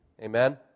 Amen